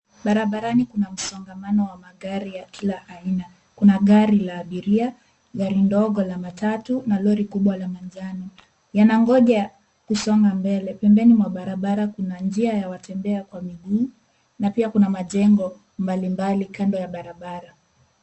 Barabarani kuna msongamano wa magari ya kila aina. Kuna gari la abiria, gari ndogo la matatu na lori kubwa la manjano, yanagoja kusonga mbele. Pembeni mwa barabara kuna njia ya watembea kwa miguu na pia kuna majengo mbalimbali kando ya barabara.